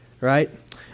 right